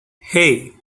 hey